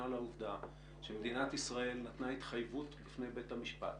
לעובדה שמדינת ישראל נתנה התחייבות בפני בית המשפט